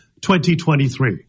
2023